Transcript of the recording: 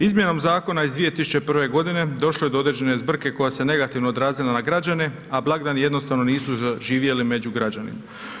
Izmjenom zakona iz 2001. g. došlo je do određene zbrke koja se negativno odrazila na građane, a blagdani jednostavno nisu zaživjeli među građanima.